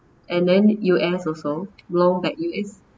and then U_S also long back U_S